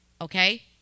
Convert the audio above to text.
okay